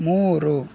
ಮೂರು